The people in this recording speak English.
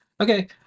Okay